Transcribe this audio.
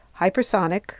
hypersonic